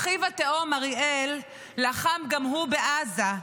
אחיו התאום אריאל לחם גם הוא בעזה,